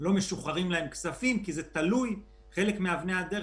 לא משוחררים להן כספים כי חלק מאבני הדרך